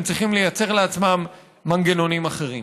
הם צריכים לייצר לעצמם מנגנונים אחרים.